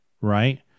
right